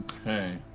Okay